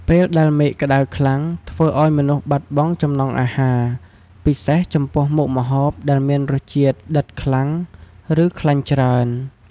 ពេលដែលមេឃក្តៅខ្លាំង ធ្វើឱ្យមនុស្សបាត់បង់ចំណង់អាហារ ពិសេសចំពោះមុខម្ហូបដែលមានរសជាតិដិតខ្លាំង ឬ ខ្លាញ់ច្រើន។